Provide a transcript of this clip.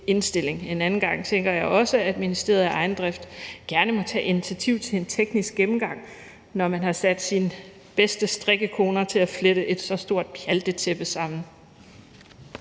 En anden gang tænker jeg også at ministeriet af egen drift gerne må tage initiativ til en teknisk gennemgang, når man har sat sine bedste strikkekoner til at flette et så stort pjaltetæppe sammen.